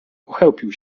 pochełpił